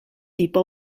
tipo